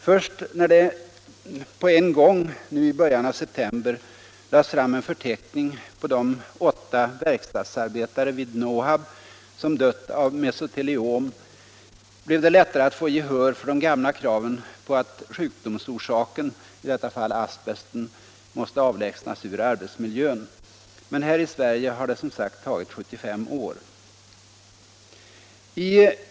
Först när det på en gång, nu i början av september, lades fram en förteckning på de åtta verkstadsarbetare vid Nohab, som hade dött av mesoteliom, blev det lättare att få gehör för de gamla kraven att sjukdomsorsaken, i detta fallet asbesten, skulle avlägsnas ur arbetsmiljön. Men här i Sverige har det som sagt tagit 75 år.